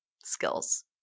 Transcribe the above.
skills